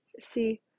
See